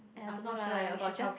!aiya! don't know lah we should just